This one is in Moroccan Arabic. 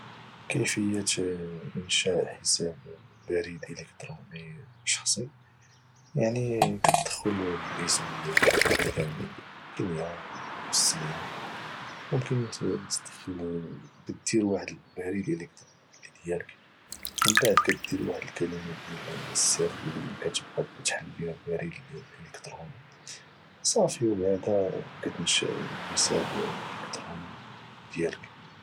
كيفيه انشاء حساب بريد الكتروني شخصي يعني كاتدخل الاسم ديالك الكامل الكنيه والسميه ممكن تدخل كادير واحد البريد الكتروني اللي ديالك من بعد كادير واحد الكلمة ديال السر اللي كاتبقى تحل بها البريد الالكتروني صافي وبهذا كاتنشى حساب الكتروني ديالك